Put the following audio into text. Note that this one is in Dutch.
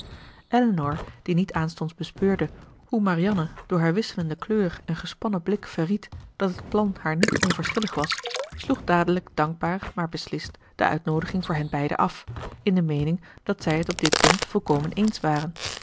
elinor die niet aanstonds bespeurde hoe marianne door haar wisselende kleur en gespannen blik verried dat het plan haar niet onverschillig was sloeg dadelijk dankbaar maar beslist de uitnoodiging voor hen beiden af in de meening dat zij het op dit punt volkomen eens waren